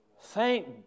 Thank